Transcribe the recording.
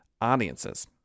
audiences